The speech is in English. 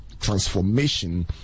transformation